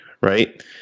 right